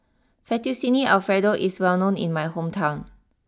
Fettuccine Alfredo is well known in my hometown